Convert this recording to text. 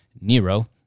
Nero